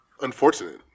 unfortunate